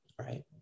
Right